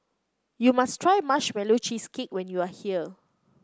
you must try Marshmallow Cheesecake when you are here